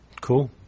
Cool